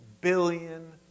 billion